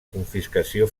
confiscació